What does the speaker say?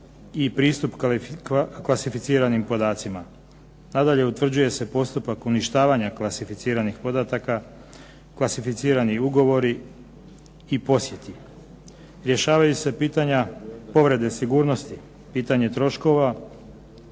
i pristup klasificiranim podacima. Nadalje, utvrđuje se postupak uništavanja klasificiranih podataka, klasificirani ugovori i posjeti, rješavaju se pitanja povrede sigurnosti, pitanje troškova